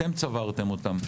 אתם צברתם אותם.